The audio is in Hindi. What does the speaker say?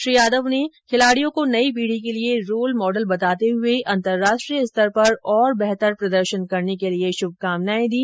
श्री यादव ने पदक विजेता खिलाडियों को नयी पीढी के लिए रोल मॉडल बताते हुए अन्तर्राष्ट्रीय स्तर पर और बेहतर प्रदर्शन करने के लिए श्भकामनाएं दी